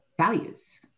values